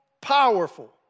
powerful